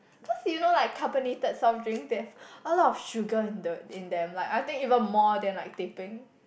cause you know like carbonated soft drinks there's a lot of sugar in the in them like I think even more than like teh-peng